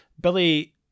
Billy